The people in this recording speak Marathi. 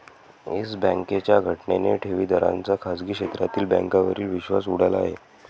येस बँकेच्या घटनेने ठेवीदारांचा खाजगी क्षेत्रातील बँकांवरील विश्वास उडाला आहे